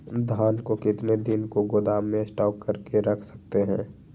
धान को कितने दिन को गोदाम में स्टॉक करके रख सकते हैँ?